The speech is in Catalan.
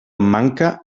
manca